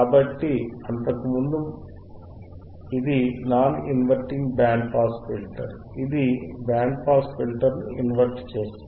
కాబట్టి అంతకు ముందు ఇది non inverting band pass filter ఇది బ్యాండ్ పాస్ ఫిల్టర్ను ఇన్వర్ట్ చేస్తుంది